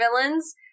villains